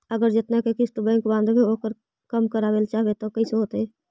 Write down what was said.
अगर जेतना के किस्त बैक बाँधबे ओकर कम करावे ल चाहबै तब कैसे होतै?